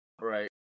Right